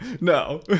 no